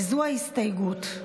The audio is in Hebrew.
וזו ההסתייגות: